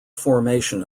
formation